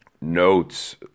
Notes